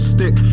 Stick